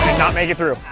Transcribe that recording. not make it through.